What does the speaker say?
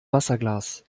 wasserglas